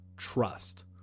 trust